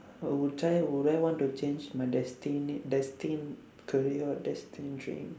I would try out would I want to change my destined destined career or destined dream